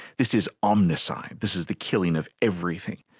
this is omnicide, this is the killing of everything.